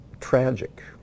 tragic